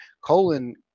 Colon